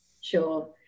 Sure